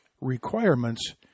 requirements